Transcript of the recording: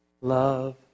love